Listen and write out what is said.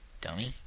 dummy